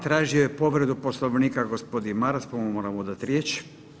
Tražio je povredu Poslovnika gospodin Maras, pa mu moramo dati riječ.